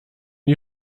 die